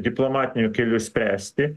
diplomatiniu keliu spręsti